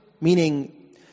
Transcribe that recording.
meaning